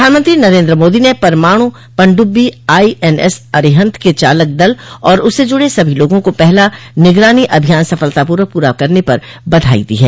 प्रधानमंत्री नरेन्द्र मोदी ने परमाणु पनडुब्बी आईएनएस अरिहन्त के चालक दल और उससे जुड़े सभी लोगों को पहला निगरानी अभियान सफलतापूर्वक पूरा करने पर बधाई दी है